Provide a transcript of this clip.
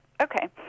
okay